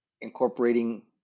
incorporating